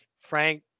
Frank